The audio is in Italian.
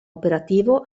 operativo